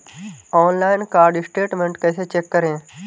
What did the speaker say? Online card statement कैसे check करें?